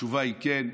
התשובה היא כן,